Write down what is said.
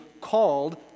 called